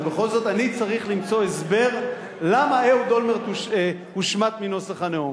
הרי בכל זאת אני צריך למצוא הסבר למה אהוד אולמרט הושמט מנוסח הנאום,